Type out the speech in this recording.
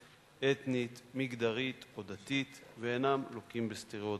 אתנית, מגדרית או דתית ואינם לוקים בסטריאוטיפים.